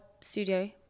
studio